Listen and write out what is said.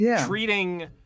treating